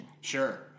Sure